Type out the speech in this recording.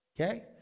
Okay